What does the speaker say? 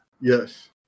yes